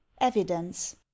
Evidence